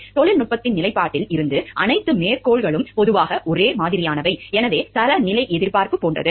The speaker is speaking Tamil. தொழில்நுட்பத்தின் நிலைப்பாட்டில் இருந்து அனைத்து மேற்கோள்களும் பொதுவாக ஒரே மாதிரியானவை எனவே தரநிலை எதிர்பார்ப்பு போன்றது